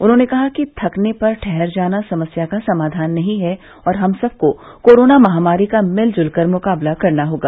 उन्होंने कहा है कि थकने पर ठहर जाना समस्या का समाधान नहीं है और हम सबको कोरोना महामारी का मिलकर मुकाबला करना होगा